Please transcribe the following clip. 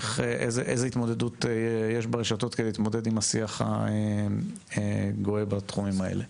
איזה התמודדות יש ברשתות כדי להתמודד עם השיח הגואה בתחומים האלה.